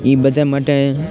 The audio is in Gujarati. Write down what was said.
એ બધા માટે